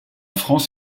france